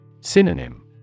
Synonym